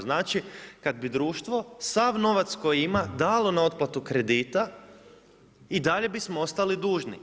Znači kada bi društvo sav novac koji ima dalo na otplatu kredita i dalje bismo ostali dužni.